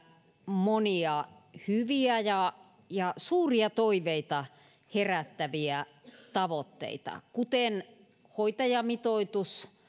monia hyviä ja ja suuria toiveita herättäviä tavoitteita kuten hoitajamitoitus